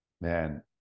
Man